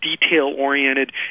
detail-oriented